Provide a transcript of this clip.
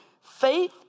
Faith